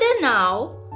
now